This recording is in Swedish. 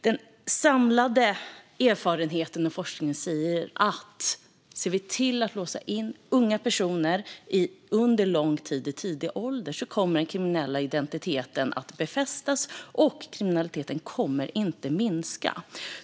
Den samlade erfarenheten och forskningen säger att om vi låser in unga personer under lång tid i tidig ålder kommer den kriminella identiteten att befästas. Kriminaliteten kommer inte att minska.